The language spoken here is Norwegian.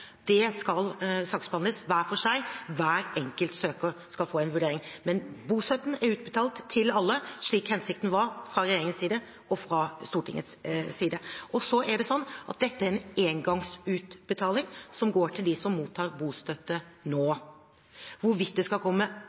Det skal saksbehandles hver for seg – hver enkelt søker skal få en vurdering. Men bostøtten er utbetalt til alle, slik hensikten var fra regjeringens side, og fra Stortingets side. Så er det slik at dette er en engangsutbetaling som går til dem som mottar bostøtte nå. Hvorvidt det skal komme